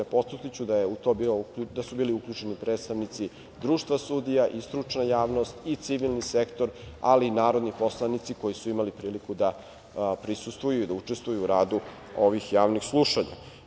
Podsetiću da su u to bili uključeni predstavnici Društva sudija, stručna javnost, civilni sektor, ali i narodni poslanici koji su imali priliku da prisustvuju i da učestvuju u radu ovih javnih slušanja.